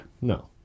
No